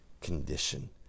condition